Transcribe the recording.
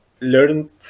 learned